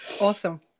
Awesome